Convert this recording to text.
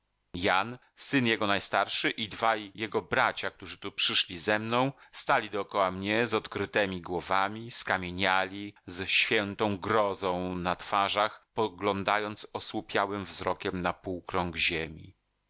jan syn jego najstarszy i dwaj jego bracia którzy tu przyszli ze mną stali dokoła mnie z odkrytemi głowami skamieniali z świętą grozą na twarzach poglądając osłupiałym wzrokiem na półkrąg ziemi